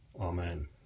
Amen